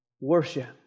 worship